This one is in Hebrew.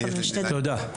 בבקשה.